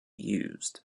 used